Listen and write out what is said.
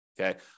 Okay